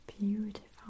beautiful